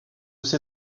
ces